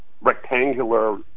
rectangular